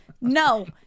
no